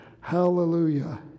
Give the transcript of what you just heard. hallelujah